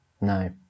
No